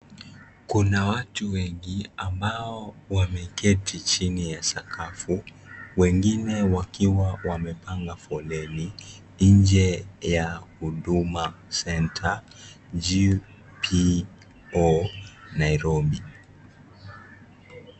Kuna watu wengi ambao wameketi chini ya sakafu wengine wakiwa wamepanga foleni nje ya Huduma Center na GPO Nairobi.